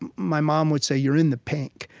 and my mom would say, you're in the pink,